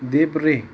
देब्रे